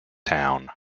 town